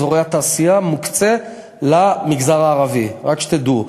אזורי התעשייה מוקצה למגזר הערבי, רק שתדעו.